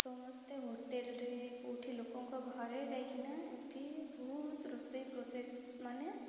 ସମସ୍ତେ ହୋଟେଲ୍ରେ କେଉଁଠି ଲୋକଙ୍କ ଘରେ ଯାଇକିନା ଏମିତି ବହୁତ ରୋଷେଇ ପ୍ରୋସେସ୍ ମାନେ